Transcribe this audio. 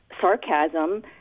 sarcasm